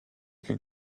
can